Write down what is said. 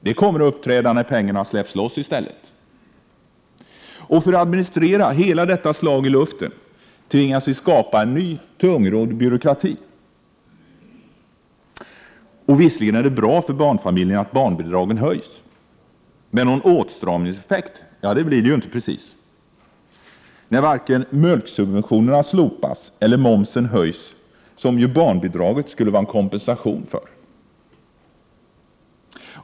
Det kommer att uppträda när pengarna släpps loss i stället. För att administrera hela detta slag i luften tvingas vi skapa en ny tungrodd byråkrati. Visserligen är det bra för barnfamiljerna att barnbidragen höjs. Men någon åtstramningseffekt blir det ju inte precis, när varken mjölksubventionerna slopas eller momsen höjs, vilket barnbidraget skulle vara en kompensation för.